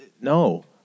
no